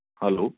hello